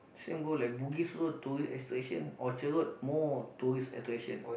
same go like bugis also tourist attraction Orchard Road more tourist attraction